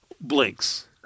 Blinks